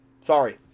Sorry